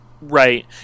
Right